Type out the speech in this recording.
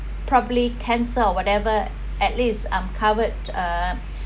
probably cancer or whatever at least I’m covered uh